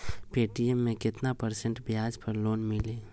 Paytm मे केतना percent ब्याज पर लोन मिली?